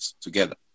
together